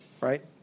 Right